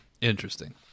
Interesting